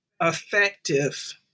effective